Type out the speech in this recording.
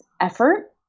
effort